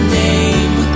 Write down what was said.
name